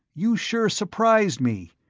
you sure surprised me,